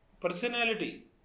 personality